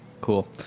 cool